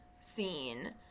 Scene